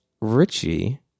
Richie